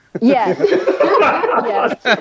Yes